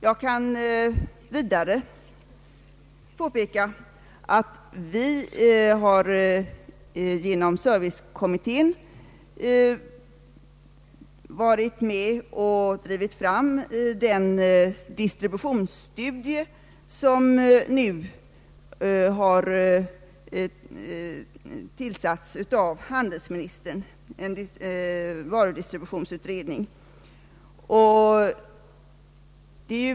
Jag kan vidare påpeka att servicekommittén varit med om att driva fram den varudistributionsutredning som nu har tillsatts av handelsministern och som skall studera distributionen.